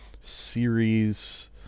series